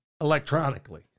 electronically